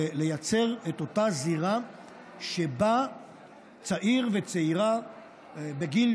לייצר את אותה זירה שבה צעיר וצעירה בגיל